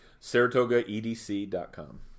SaratogaEDC.com